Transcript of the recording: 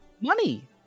Money